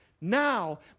now